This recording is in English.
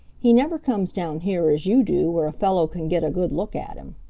he never comes down here as you do where a fellow can get a good look at him.